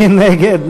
מי נגד?